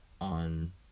on